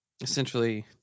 essentially